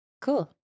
Cool